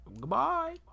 goodbye